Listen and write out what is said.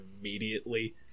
immediately